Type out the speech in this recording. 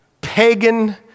pagan